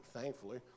thankfully